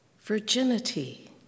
virginity